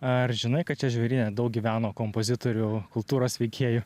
ar žinai kad čia žvėryne daug gyveno kompozitorių kultūros veikėjų